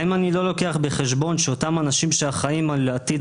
האם אני לא לוקח בחשבון שאותם אנשים שאחראים על עתיד